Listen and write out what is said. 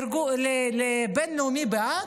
בין-לאומי בהאג,